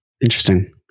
Interesting